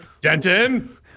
Denton